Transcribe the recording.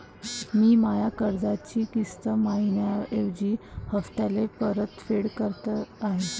मी माया कर्जाची किस्त मइन्याऐवजी हप्त्याले परतफेड करत आहे